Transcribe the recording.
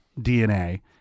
DNA